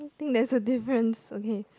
think that's the differences okay